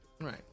Right